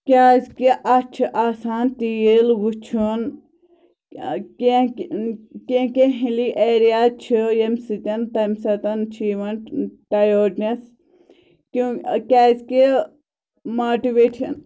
کیٛازِکہِ اَتھ چھِ آسان تیٖل وُچھُن کیٚنٛہہ کیٚنٛہہ کیٚنٛہہ ہِلی ایرِیا چھِ ییٚمہِ سۭتٮ۪ن تَمہِ ساتہٕ چھِ یِوان ٹیٲرڈنٮ۪س کیوں کیٛازِکہِ ماٹِویٹن